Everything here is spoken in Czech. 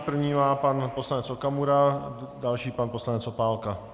První má pan poslanec Okamura, další pan poslanec Opálka.